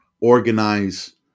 organize